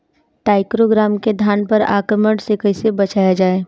टाइक्रोग्रामा के धान पर आक्रमण से कैसे बचाया जाए?